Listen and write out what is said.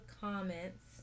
comments